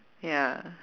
ya